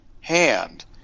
hand